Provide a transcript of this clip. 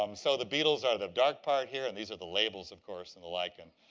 um so the beetles are the dark part here, and these are the labels, of course, and the lichen.